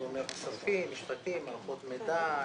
זה אומר כספים, משפטים, מערכות מידע,